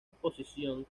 exposición